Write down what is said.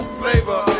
flavor